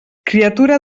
criatura